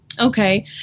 Okay